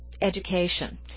education